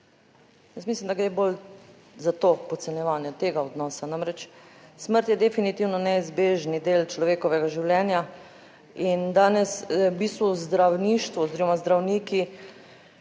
Jaz mislim, da gre bolj za to podcenjevanje tega odnosa, namreč, smrt je definitivno neizbežni del človekovega življenja in danes v bistvu zdravništvo oziroma zdravniki